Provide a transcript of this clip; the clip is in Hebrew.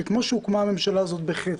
שכמו שהוקמה הממשלה הזו בחטא,